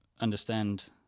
understand